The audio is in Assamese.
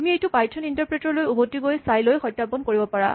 তুমি এইটো পাইথন ইন্টাপ্ৰেটৰ লৈ উভতি গৈ চাই লৈ সত্যাপন কৰিব পাৰা